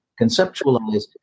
conceptualize